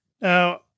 Now